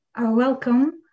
Welcome